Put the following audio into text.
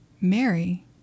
Mary